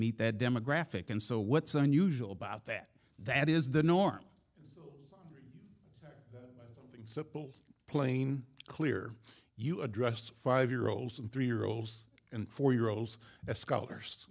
meet that demographic and so what's unusual about that that is the norm simple plain clear you addressed five year olds and three year olds and four year olds that scholars